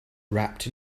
wrapped